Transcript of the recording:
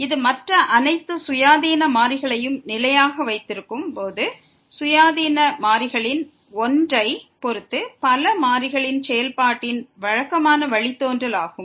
இது மற்ற அனைத்து சுயாதீன மாறிகளையும் நிலையாக வைத்திருக்கும் போது சுயாதீன மாறிகளில் ஒன்றைப் பொறுத்து பல மாறிகளின் செயல்பாட்டின் வழக்கமான வழித்தோன்றல் ஆகும்